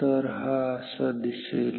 तर हा असा दिसेल